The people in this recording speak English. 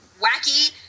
wacky